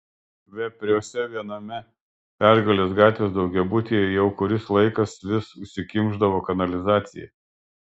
vepriuose viename pergalės gatvės daugiabutyje jau kuris laikas vis užsikimšdavo kanalizacija